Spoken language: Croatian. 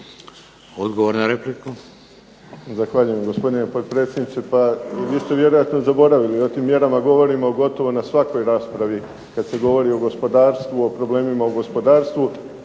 Odgovor na repliku.